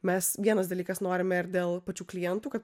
mes vienas dalykas norime ir dėl pačių klientų kad